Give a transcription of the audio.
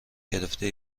گرفته